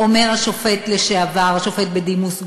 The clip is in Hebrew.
אומר השופט לשעבר, השופט בדימוס גולדברג,